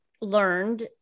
learned